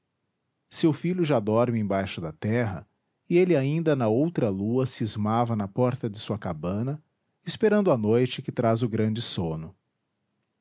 seu filho já dorme embaixo da terra e ele ainda na outra lua cismava na porta de sua cabana esperando a noite que traz o grande sono